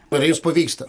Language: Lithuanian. ar jums pavyksta